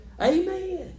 Amen